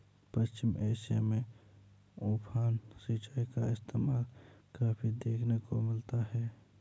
पश्चिम Asia में उफान सिंचाई का इस्तेमाल काफी देखने को मिलता है